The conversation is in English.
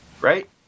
Right